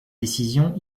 décision